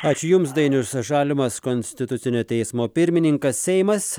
ačiū jums dainius žalimas konstitucinio teismo pirmininkas seimas